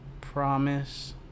promise